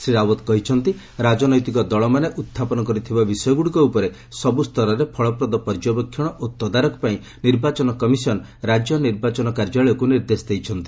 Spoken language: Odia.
ଶ୍ରୀ ରାଓ୍ୱତ କହିଛନ୍ତି ରାଜନୈତିକ ଦଳମାନେ ଉତ୍ଥାପନ କରିଥିବା ବିଷୟଗୁଡ଼ିକ ଉପରେ ସବୁ ସ୍ତରରେ ଫଳପ୍ରଦ ପର୍ଯ୍ୟବେକ୍ଷଣ ଓ ତଦାରଖ ପାଇଁ ନିର୍ବାଚନ କମିଶନ୍ ରାଜ୍ୟ ନିର୍ବାଚନ କାର୍ଯ୍ୟାଳୟକୁ ନିର୍ଦ୍ଦେଶ ଦେଇଛନ୍ତି